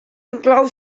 inclou